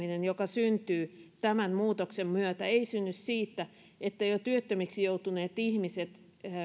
parantuminen joka syntyy tämän muutoksen myötä ei synny siitä että jo työttömiksi joutuneet ihmiset